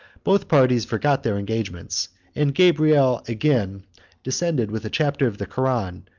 both parties forgot their engagements and gabriel again descended with a chapter of the koran,